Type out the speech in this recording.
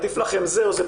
עדיף לכם זה או זה,